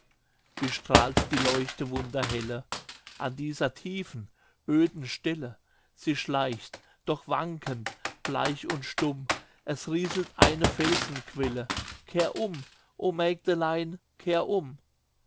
wie strahlt die leuchte wunderhelle an dieser tiefen öden stelle sie schleicht doch wankend bleich und stumm es rieselt eine felsenquelle kehr um o mägdelein kehr um